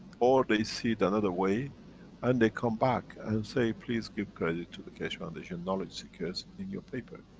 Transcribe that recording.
or they see another way and they come back and say, please give credit to the keshe foundation knowledge seekers, in your paper.